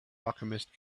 alchemist